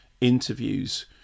interviews